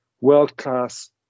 world-class